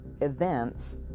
events